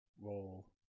roll